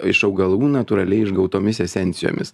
iš augalų natūraliai išgautomis esencijomis